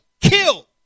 Kill